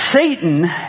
Satan